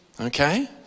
Okay